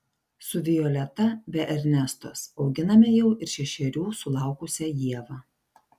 su violeta be ernestos auginame jau ir šešerių sulaukusią ievą